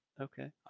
Okay